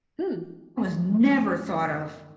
who was never thought of.